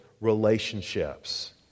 relationships